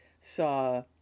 saw